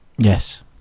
Yes